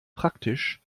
praktisch